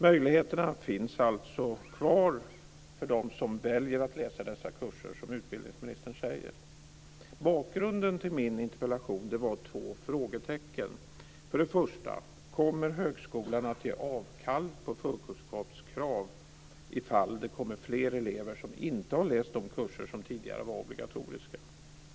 Möjligheterna finns alltså kvar för dem som väljer att läsa dessa kurser, som utbildningsministern säger. Bakgrunden till min interpellation var två frågetecken. För det första: Kommer högskolan att ge avkall på förkunskapskrav ifall det kommer fler elever som inte har läst de kurser som tidigare var obligatoriska?